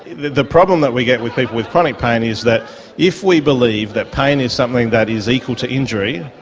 the the problem that we get with people with chronic pain is that if we believe that pain is something that is equal to injury,